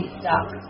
stuck